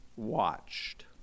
Watched